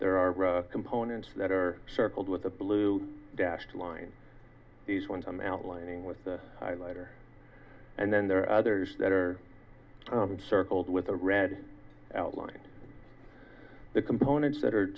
there are components that are circled with the blue dashed line he's won some outlining with the highlighter and then there are others that are circled with the red outlined the components that are